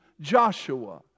Joshua